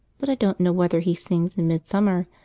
but i don't know whether he sings in midsummer,